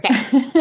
Okay